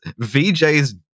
VJ's